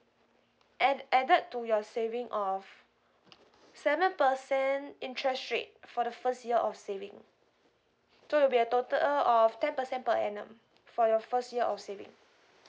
and added to your saving of seven percent interest rate for the first year of saving so it will be a total of ten percent per annum for your first year of saving